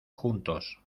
juntos